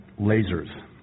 lasers